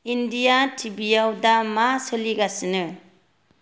India T V आव दा मा सोलिगासिनो